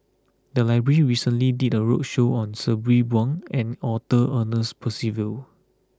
the library recently did a roadshow on Sabri Buang and Arthur Ernest Percival